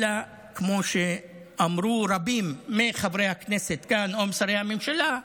אלא כמו שאמרו רבים מחברי הכנסת כאן או משרי הממשלה,